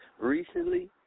recently